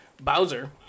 Bowser